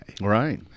right